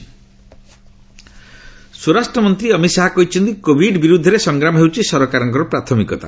Covid ସ୍ଥିତି ଶାହା ସ୍କରାଷ୍ଟମନ୍ତ୍ରୀ ଅମିତ ଶାହା କହିଛନ୍ତି କୋଭିଡ୍ ବିରୂଦ୍ଧରେ ସଂଗ୍ରାମ ହେଉଛି ସରକାରଙ୍କ ପ୍ରାଥମିକତା